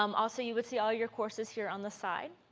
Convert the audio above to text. um also, you would see all your courses here on the side.